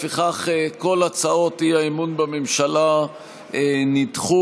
לפיכך, כל הצעות האי-אמון בממשלה נדחו.